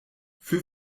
für